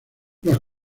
los